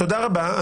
תודה רבה.